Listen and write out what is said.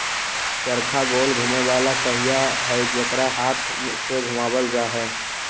चरखा गोल घुमें वाला पहिया हई जेकरा हाथ से घुमावल जा हई